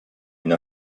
une